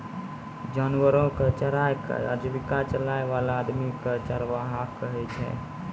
जानवरो कॅ चराय कॅ आजीविका चलाय वाला आदमी कॅ चरवाहा कहै छै